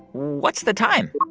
what's the time?